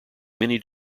many